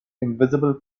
invisible